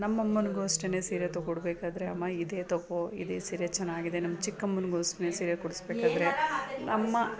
ನಮ್ಮ ಅಮ್ಮನಿಗೂ ಅಷ್ಟೇ ಸೀರೆ ತಕ್ಕೊಡಬೇಕಾದ್ರೆ ಅಮ್ಮ ಇದೆ ತಗೋ ಇದೇ ಸೀರೆ ಚೆನ್ನಾಗಿದೆ ನಮ್ಮ ಚಿಕ್ಕಮ್ಮನಿಗೂ ಅಷ್ಟೇ ಸೀರೆ ಕೊಡಿಸ್ಬೇಕಾದ್ರೆ ಅಮ್ಮ